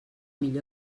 millor